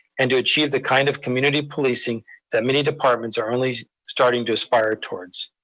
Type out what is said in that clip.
and to achieve the kind of community policing that many departments are only starting to aspire towards.